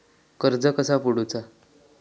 कर्ज कसा फेडुचा?